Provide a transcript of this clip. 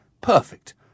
Perfect